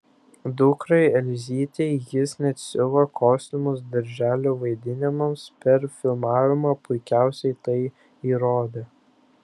dukrai elzytei jis net siuva kostiumus darželio vaidinimams per filmavimą puikiausiai tai įrodė